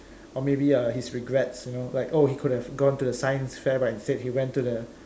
or maybe uh his regrets you know like oh he could have gone to the science fair but instead he went to the